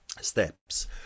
steps